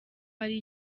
hari